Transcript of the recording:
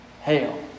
hail